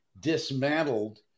dismantled